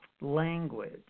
language